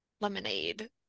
lemonade